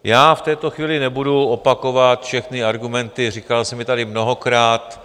Já v této chvíli nebudu opakovat všechny argumenty, říkal jsem je tady mnohokrát.